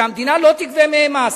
שהמדינה לא תגבה מהם מס.